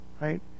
Right